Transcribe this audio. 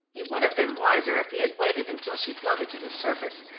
he would have been wiser if he had waited until she floated to the surface,